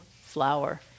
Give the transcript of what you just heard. flower